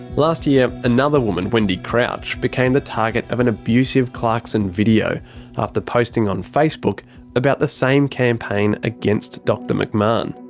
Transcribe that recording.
last year another woman, wendy crouch, became the target of an abusive clarkson video ah after posting on facebook about the same campaign against dr mcmahon.